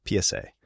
PSA